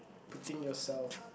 putting yourself